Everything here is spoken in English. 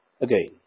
again